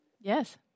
Yes